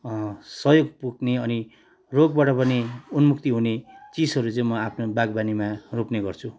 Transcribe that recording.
सहयोग पुग्ने अनि रोगबाट पनि उन्मुक्ति हुने चिजहरू चाहिँ म आफ्नो बागवानीमा रोप्ने गर्छु